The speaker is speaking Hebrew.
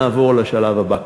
נעבור לשלב הבא.